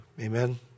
Amen